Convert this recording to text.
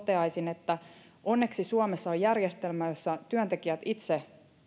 toteaisin että onneksi suomessa on järjestelmä jossa työntekijät itse